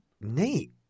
Nate